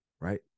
right